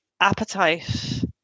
appetite